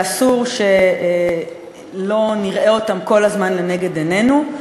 ואסור שלא נראה אותם כל הזמן לנגד עינינו.